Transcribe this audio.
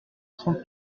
soixante